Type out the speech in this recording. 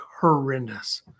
horrendous